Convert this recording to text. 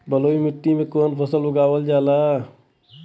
बलुई मिट्टी में कवन फसल उगावल जाला?